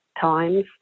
times